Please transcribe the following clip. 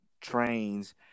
trains